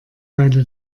weile